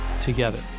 together